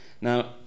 Now